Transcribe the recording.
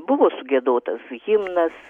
buvo sugiedotas himnas